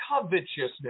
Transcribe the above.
covetousness